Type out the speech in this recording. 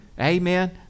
amen